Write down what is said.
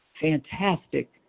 fantastic